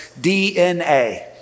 DNA